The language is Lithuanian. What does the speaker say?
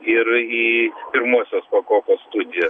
ir į pirmosios pakopos studijas